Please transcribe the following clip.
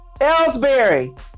Ellsbury